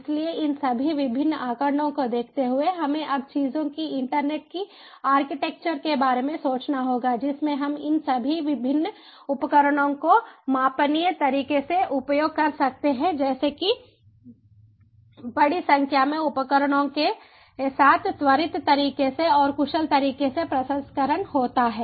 इसलिए इन सभी विभिन्न आँकड़ों को देखते हुए हमें अब चीजों की इंटरनेट की आर्किटेक्चर के बारे में सोचना होगा जिसमें हम इन सभी विभिन्न उपकरणों को मापनीय तरीके से उपयोग कर सकते हैं जैसे कि बड़ी संख्या में उपकरणों के साथ त्वरित तरीके से और कुशल तरीके से प्रसंस्करण होता है